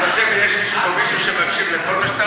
אתה חושב שיש פה מישהו שמקשיב לכל מה שאתה אומר?